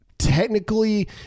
technically